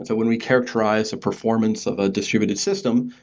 but when we characterize a performance of a distributed system,